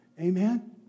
Amen